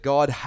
God